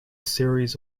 series